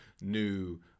new